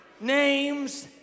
name's